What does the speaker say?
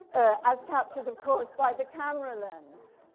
as captured, of course, by the camera lens.